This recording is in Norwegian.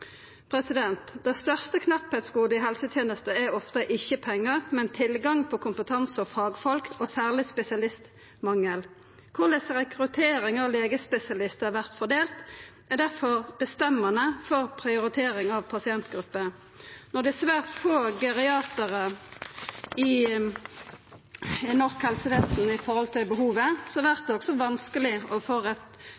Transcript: Det største knappheitsgodet i helsetenesta er ofte ikkje pengar, men tilgang på kompetanse og fagfolk, og særleg spesialistmangel. Korleis rekruttering av legespesialistar vert fordelt, er difor bestemmande for prioritering av pasientgrupper. Når det er svært få geriatarar i norsk helsevesen i forhold til behovet, vert